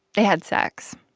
they had sex.